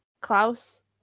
Klaus